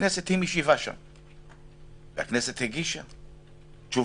הכנסת היא משיבה שם, היא הגישה תשובה,